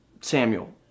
Samuel